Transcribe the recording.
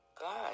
God